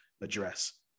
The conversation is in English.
address